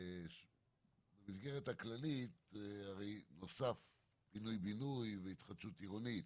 במסגרת הכללית נוסף פינוי-בינוי והתחדשות עירונית.